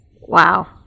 Wow